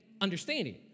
understanding